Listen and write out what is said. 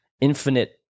infinite